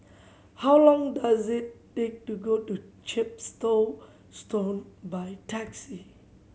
how long does it take to go to Chepstow Stone by taxi